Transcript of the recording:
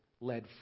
Led